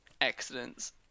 accidents